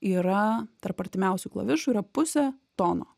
yra tarp artimiausių klavišų yra pusė tono